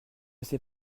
sait